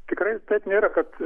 tikrai taip nėra kad